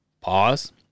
Pause